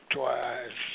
twice